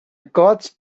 got